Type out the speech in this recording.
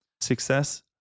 Success